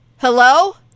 Hello